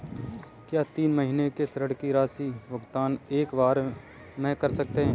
क्या तीन महीने के ऋण की राशि का भुगतान एक बार में कर सकते हैं?